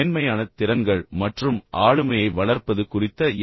மென்மையான திறன்கள் மற்றும் ஆளுமையை வளர்ப்பது குறித்து என்